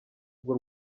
bw’u